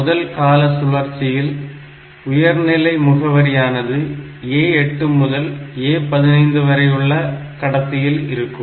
முதல் கால சுழற்சியில் உயர்நிலை முகவரியானது A8 முதல் A15 வரையுள்ள கடத்தியில் இருக்கும்